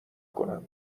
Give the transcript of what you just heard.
کنم